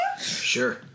Sure